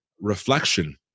reflection